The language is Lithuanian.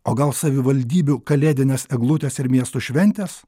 o gal savivaldybių kalėdinės eglutės ir miestų šventės